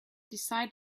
decided